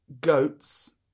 Goats